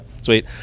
sweet